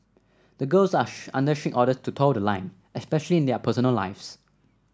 the girls are under strict orders to toe the line especially in their personal lives